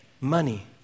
money